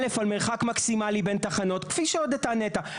א' על מרחק מקסימלי בין תחנות כפי שהודתה נת"ע,